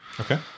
Okay